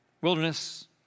wilderness